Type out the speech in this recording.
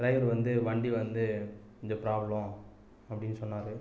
driver வந்து வண்டி வந்து வண்டி பிராப்ளம் அப்படினு சொன்னார்